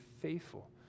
faithful